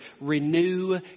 renew